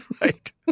Right